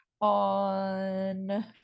on